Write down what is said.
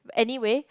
anyway